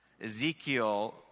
Ezekiel